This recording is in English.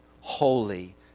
holy